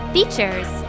Features